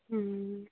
हूँ